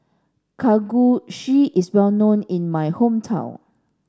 Kalguksu is well known in my hometown